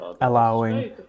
allowing